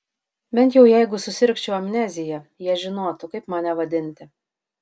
bent jau jeigu susirgčiau amnezija jie žinotų kaip mane vadinti